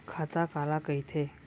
खाता काला कहिथे?